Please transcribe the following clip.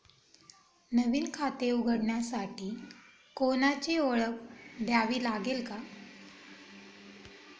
नवीन खाते उघडण्यासाठी कोणाची ओळख द्यावी लागेल का?